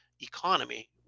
economy